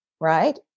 right